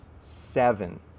seven